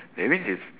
that means it's